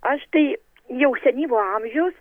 aš tai jau senyvo amžiaus